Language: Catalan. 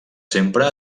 sempre